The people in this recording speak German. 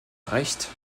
recht